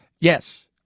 yes